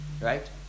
right